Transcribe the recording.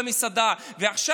ועכשיו,